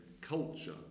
culture